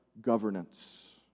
governance